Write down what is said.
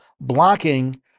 blocking